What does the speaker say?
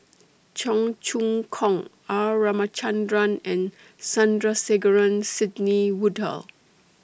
Cheong Choong Kong R Ramachandran and Sandrasegaran Sidney Woodhull